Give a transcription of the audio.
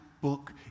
book